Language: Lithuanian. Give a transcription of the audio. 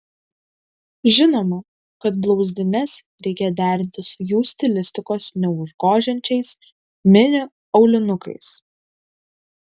žinoma kad blauzdines reikia derinti su jų stilistikos neužgožiančiais mini aulinukais